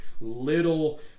little